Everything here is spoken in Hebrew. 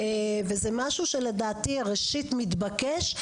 זה משהו שלדעתי ראשית מתבקש,